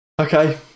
Okay